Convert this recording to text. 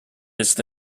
his